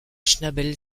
schnabel